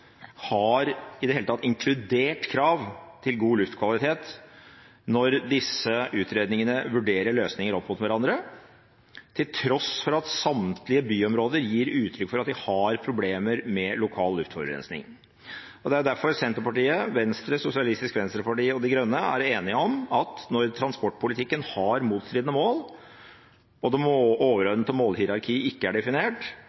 har inkludert krav til god luftkvalitet når disse utredningene vurderer løsninger opp mot hverandre, til tross for at samtlige byområder gir uttrykk for at de har problemer med lokal luftforurensning. Det er derfor Senterpartiet, Venstre, Sosialistisk Venstreparti og De Grønne er enige om at når transportpolitikken har motstridende mål, og det